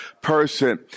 person